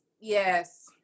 yes